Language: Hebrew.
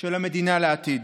של המדינה לעתיד,